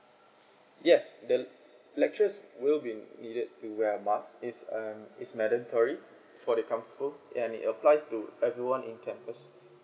yes the lecturers will be needed to wear a mask is um is mandatory for they come to school yeah it's applies to everyone in campus